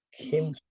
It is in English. kim